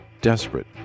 desperate